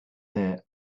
there